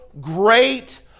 great